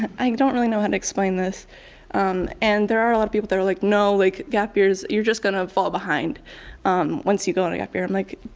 i don't really know how to explain this and there are a lot of people that are like, no, like gap years, you're just going to fall behind once you go on a gap year. i'm like